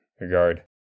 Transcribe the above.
regard